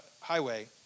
highway